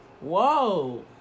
Whoa